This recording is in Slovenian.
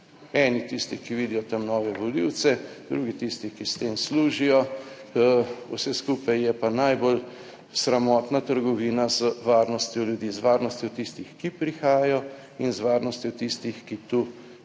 Eni tisti, ki vidijo tam nove volivce, drugi tisti, ki s tem služijo. Vse skupaj je pa najbolj sramotna trgovina z varnostjo ljudi, z varnostjo tistih, ki prihajajo in z varnostjo tistih, ki tu v ciljnih